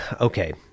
Okay